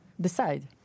decide